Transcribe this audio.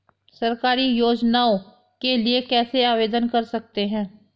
सरकारी योजनाओं के लिए कैसे आवेदन कर सकते हैं?